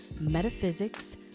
metaphysics